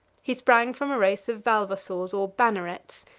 he sprang from a race of valvassors or bannerets,